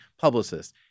publicists